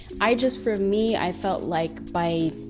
i just for me, i felt like by,